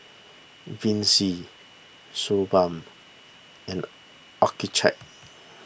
Vichy Suu Balm and Accucheck